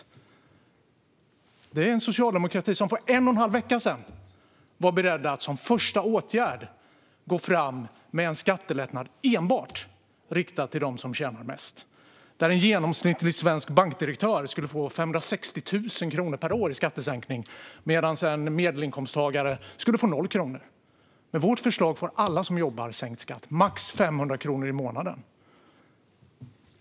Detta är alltså en socialdemokrati som för en och en halv vecka sedan var beredd att som första åtgärd gå fram med en skattelättnad enbart riktad till dem som tjänar mest. Då skulle en genomsnittlig svensk bankdirektör få 560 000 kronor per år i skattesänkning medan en medelinkomsttagare skulle få noll kronor. Med vårt förslag får alla som jobbar sänkt skatt med max 500 kronor i månaden.